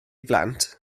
blant